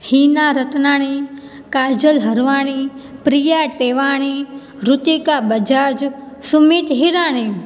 Heena Ratnani Kajal Harwani Priya Tewani Ruchika Bajaj Sumit Hirani